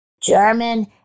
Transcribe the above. German